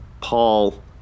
Paul